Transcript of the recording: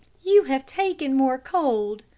you have taken more cold,